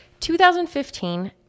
2015